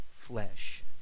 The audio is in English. flesh